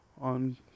on